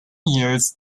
years